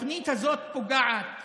התוכנית הזאת פוגעת